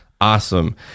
Awesome